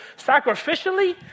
sacrificially